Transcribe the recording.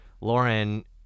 lauren